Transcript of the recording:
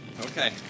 Okay